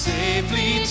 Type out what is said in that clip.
Safely